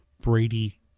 brady